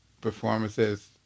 performances